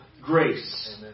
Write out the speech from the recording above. grace